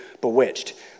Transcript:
bewitched